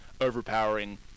overpowering